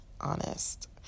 honest